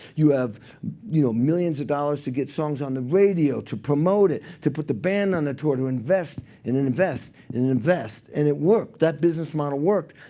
you have you know millions of dollars to get songs on the radio, to promote it, to put the band on the tour, to invest and and invest and invest. and it worked. that business model worked,